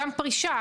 גם פרישה,